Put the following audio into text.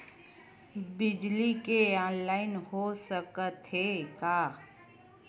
बिजली के ऑनलाइन हो सकथे का?